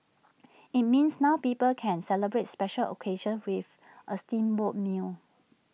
IT means now people can celebrate special occasions with A steamboat meal